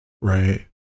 right